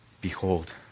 Behold